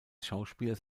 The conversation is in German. schauspielers